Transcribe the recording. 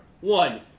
One